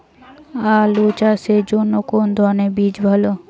আলু চাষের জন্য কোন ধরণের বীজ ভালো?